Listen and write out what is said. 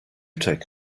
take